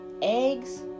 Eggs